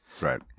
right